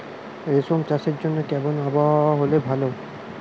রেশম চাষের জন্য কেমন আবহাওয়া হাওয়া হলে ভালো?